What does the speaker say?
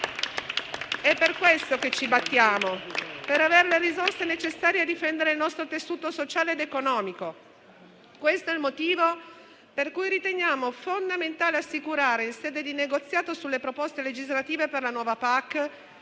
È per questo che ci battiamo, per avere le risorse necessarie a difendere il nostro tessuto sociale ed economico. Questo è il motivo per cui riteniamo fondamentale assicurare, in sede di negoziato sulle proposte legislative per la nuova